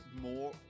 more